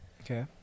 Okay